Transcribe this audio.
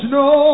no